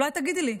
אולי תגידי לי.